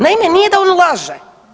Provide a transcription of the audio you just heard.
Naime, nije da on laže.